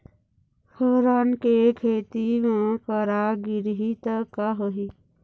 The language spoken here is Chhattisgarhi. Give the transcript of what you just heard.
फोरन के खेती म करा गिरही त का होही?